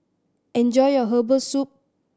enjoy your herbal soup